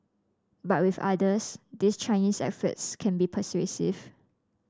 but with others these Chinese efforts can be persuasive